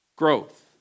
growth